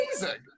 amazing